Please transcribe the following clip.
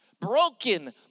broken